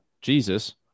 Jesus